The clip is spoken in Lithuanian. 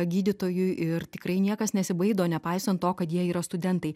gydytojui ir tikrai niekas nesibaido nepaisant to kad jie yra studentai